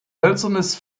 hölzernes